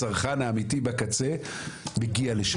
הצרכן האמיתי בקצה מגיע לשם.